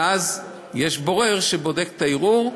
ואז יש בורר שבודק את הערעור,